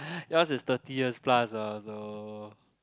yours is thirty years plus ah though